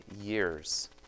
years